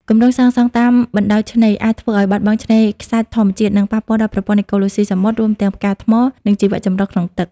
គម្រោងសាងសង់តាមបណ្តោយឆ្នេរ អាចធ្វើឲ្យបាត់បង់ឆ្នេរខ្សាច់ធម្មជាតិ និងប៉ះពាល់ដល់ប្រព័ន្ធអេកូឡូស៊ីសមុទ្រ រួមទាំងផ្កាថ្ម និងជីវចម្រុះក្នុងទឹក។